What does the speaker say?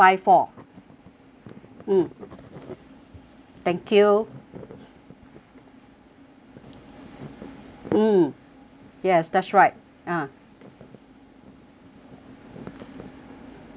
mm thank you mm yes that's right ah